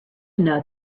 know